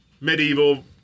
medieval